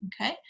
okay